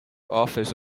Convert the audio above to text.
office